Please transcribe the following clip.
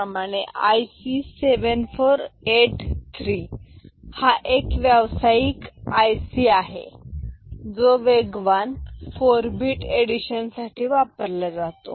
तर IC 7483 हा एक व्यावसायिक IC आहे जो वेगवान 4 bit एडिशन साठी वापरला जातो